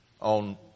On